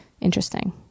interesting